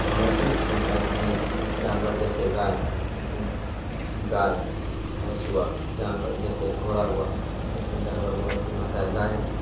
مویشی ایک جانور جیسے گائے گائے بھینس ہوا جانور جیسے گھوڑا ہوا سب جانور مویشی میں آتا ہے گائے